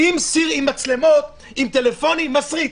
-- עם מצלמות, עם טלפונים, מסריט.